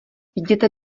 jděte